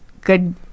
good